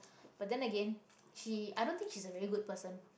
but then again she I don't think she is a very good person